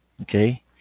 Okay